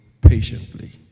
patiently